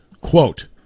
quote